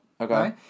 Okay